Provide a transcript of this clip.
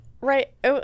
Right